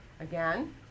Again